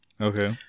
Okay